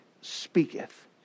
speaketh